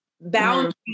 Boundaries